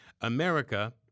America